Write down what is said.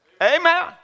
amen